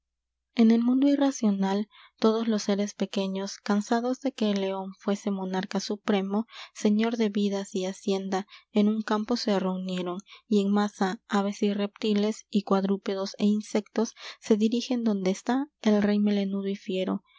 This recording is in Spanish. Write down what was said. en el mundo irracional todos los seres pequeños cansados de que el león fuese monarca supremo yo cuentos rusos señor de vidas y hacienda en un campo se reunieron y en masa aves y reptiles y cuadrúpedos é insectos se dirigen donde está el rey melenudo y fiero